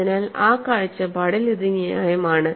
അതിനാൽ ആ കാഴ്ചപ്പാടിൽ ഇത് ന്യായമാണ്